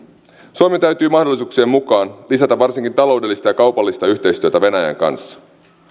suomen täytyy mahdollisuuksien mukaan lisätä varsinkin taloudellista ja kaupallista yhteistyötä venäjän kanssa